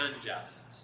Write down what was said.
unjust